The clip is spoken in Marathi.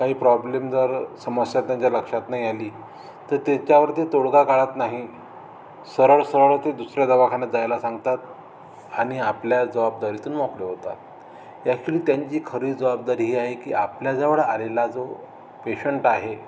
काही प्रॉब्लेम जर समस्या नाही जर लक्षात नाही आली तर त्याच्यावर ते तोडगा काढत नाही सरळ सरळ ते दुसऱ्या दवाखान्यात जायला सांगतात आणि आपल्या जबाबदारीतून मोकळे होतात ॲक्च्युली त्यांची खरी जबाबदारी ही आहे की आपल्याज्यावळ आलेला जो पेशंट आहे